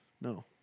No